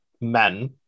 men